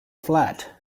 flat